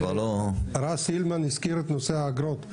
רז הילמן הזכיר את נושא האגרות.